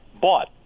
bought